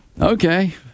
Okay